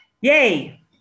Yay